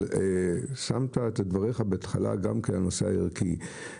אבל שמת את דבריך בתחילה גם כנושא ערכי,